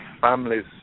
families